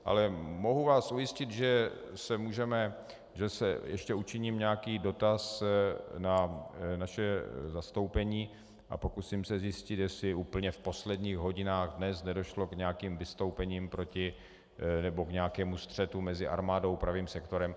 Ale mohu vás ujistit, že ještě učiním nějaký dotaz na naše zastoupení a pokusím se zjistit, jestli úplně v posledních hodinách dnes nedošlo k nějakým vystoupením proti nebo k nějakému střetu mezi armádou a Pravým sektorem.